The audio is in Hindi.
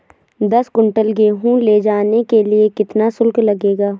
दस कुंटल गेहूँ ले जाने के लिए कितना शुल्क लगेगा?